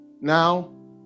Now